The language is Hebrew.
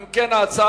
אם כן,